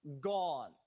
gone